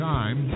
Time